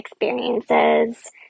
experiences